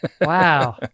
Wow